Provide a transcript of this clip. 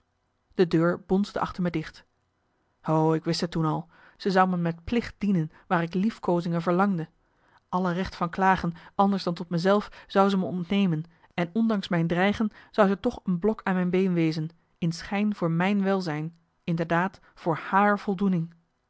de deur bonsde achter me dicht o ik wist t toen al ze zou mij met plicht dienen waar ik liefkoozingen verlangde alle recht van klagen anders dan tot me zelf zou ze me ontnemen en ondanks mijn dreigen zou zij toch een blok aan mijn been wezen in schijn voor mijn welzijn inderdaad voor haar voldoening